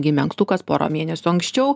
gimė ankstukas pora mėnesių anksčiau